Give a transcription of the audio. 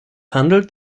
handelt